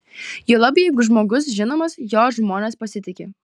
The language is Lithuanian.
juolab jeigu žmogus žinomas juo žmonės pasitiki